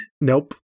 Nope